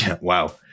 wow